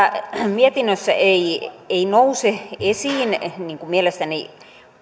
mietinnössä ei ei nouse esiin mielestäni